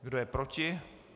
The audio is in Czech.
Kdo je proti?